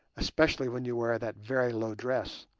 especially when you wear that very low dress,